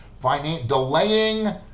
delaying